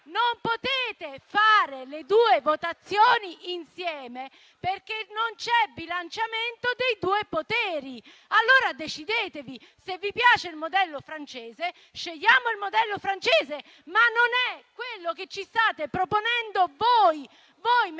Non potete fare le due votazioni insieme, perché non c'è bilanciamento tra i due poteri. Allora decidetevi: se vi piace il modello francese, scegliamo il modello francese, ma non è quello che ci state proponendo voi. Voi mettete